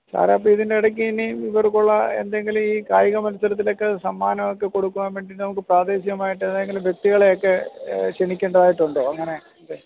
സാറെ അപ്പോൾ ഇതിൻ്റെടയ്ക്കിനി ഇവർക്കുള്ള എന്തെങ്കിലും ഈ കായിക മത്സരത്തിലൊക്കെ സമ്മാനവൊക്കെ കൊടുക്കുവാൻ വേണ്ടീട്ട് നമുക്ക് പ്രാദേശികമായിട്ട് ഏതെങ്കിലും വ്യക്തികളെയൊക്കെ ക്ഷണിക്കേണ്ടതായിട്ടുണ്ടോ അങ്ങനെ എന്തേ